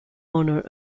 honor